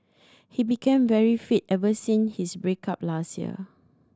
he became very fit ever since his break up last year